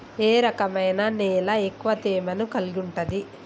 ఏ రకమైన నేల ఎక్కువ తేమను కలిగుంటది?